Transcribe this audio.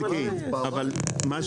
למה